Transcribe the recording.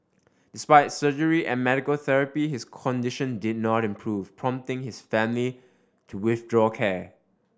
despite surgery and medical therapy his condition did not improve prompting his family to withdraw care